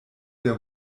der